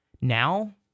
Now